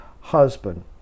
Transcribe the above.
husband